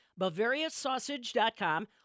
BavariaSausage.com